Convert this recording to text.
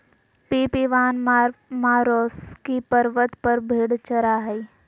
Pip Ivan Marmaroskyi पर्वत पर भेड़ चरा हइ